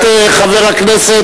את חבר הכנסת